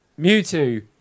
Mewtwo